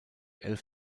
elf